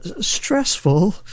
stressful